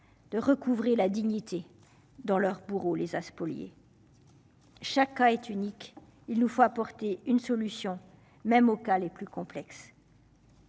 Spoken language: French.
de recouvrer la dignité dans leur bourreaux les à spolier. Chaque cas est unique, il nous faut apporter une solution même aux cas les plus complexes.